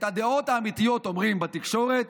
את הדעות האמיתיות אומרים בתקשורת,